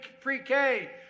pre-K